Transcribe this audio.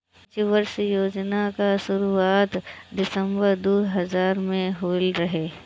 पंचवर्षीय योजना कअ शुरुआत दिसंबर दू हज़ार में भइल रहे